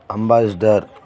ambassador